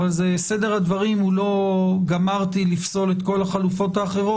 אבל סדר הדברים הוא לא שגמרתי לפסול את כל החלופות האחרות,